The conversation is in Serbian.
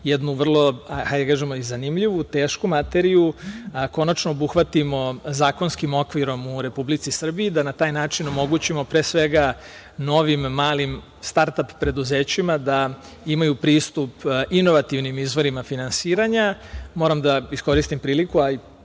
jednu vrlo zanimljivu i tešku materiju konačno obuhvatimo zakonskim okvirom u Republici Srbiji, da na taj način omogućimo, pre svega, novim, malim start-ap preduzećima da imaju pristup inovativnim izborima finansiranja. Moram da iskoristim priliku, a i